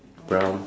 brown